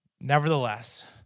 nevertheless